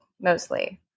mostly